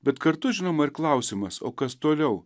bet kartu žinoma ir klausimas o kas toliau